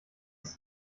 ist